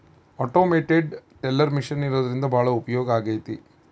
automated teller machine ಇರೋದ್ರಿಂದ ಭಾಳ ಉಪಯೋಗ ಆಗೈತೆ